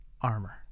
armor